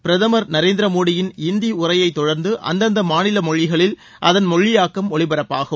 பிரதுமர் நரேந்திரமோடியின் இந்தி உரையைத் தொடர்ந்து அந்தந்த மாநில மொழிகளில் அகன் மொழியாக்கம் ஒலிபரப்பாகும்